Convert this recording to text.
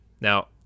Now